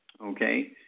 okay